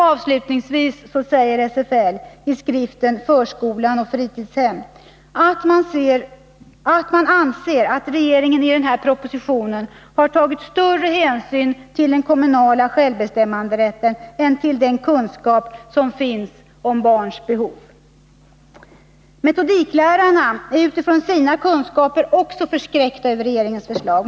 Avslutningsvis framhåller SFL som sin uppfattning i skriften Förskola och fritidshem, att regeringen i denna proposition tagit större hänsyn till den kommunala självbestämmanderätten än till den kunskap som finns om barns behov. Metodiklärarna är utifrån sina kunskaper också förskräckta över regeringens förslag.